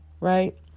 right